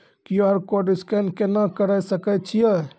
QR code scan केना करै सकय छियै?